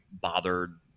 bothered